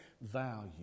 value